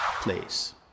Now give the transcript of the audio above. place